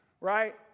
Right